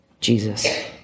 Jesus